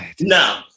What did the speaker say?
No